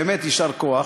באמת יישר כוח.